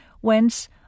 whence